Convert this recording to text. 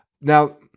Now –